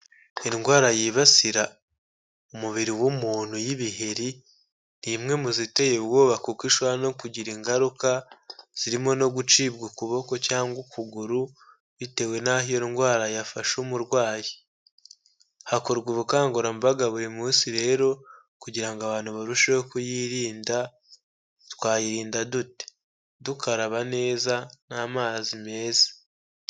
Indwara yibasira umubiri w'umuntu y'ibiheri, ni imwe mu ziteye ubwoba kuko ishobora no kugira ingaruka, zirimo no gucibwa ukuboko cyangwa ukuguru, bitewe n'aho iyo ndwara yafasha umurwayi. Hakorwa ubukangurambaga buri munsi rero kugira ngo abantu barusheho kuyirinda, twayirinda dute? Dukaraba neza n'amazi meza.